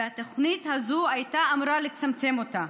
והתוכנית הזו הייתה אמורה לצמצם אותה.